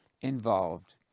involved